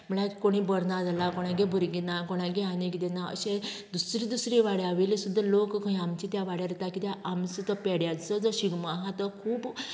म्हळ्यार कोणी बरो ना जाल्यार कोणागेर भुरगें ना कोणागेर आनी कितें ना अशें दुसरें दुसरे वाड्यावयले सुद्दां लोक खंय आमचे त्या वाड्यार कित्याक आमचो तो पेड्यांचो जो शिगमो आहा तो खूब